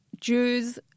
Jews